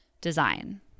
design